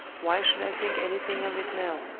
why should i think anything of it now?